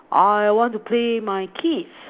I want to play my kids